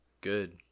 Good